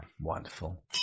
Wonderful